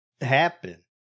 happen